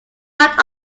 hard